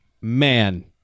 man